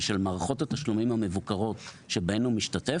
ושל מערכות התשלומים המבוקרות שבהן הוא משתתף,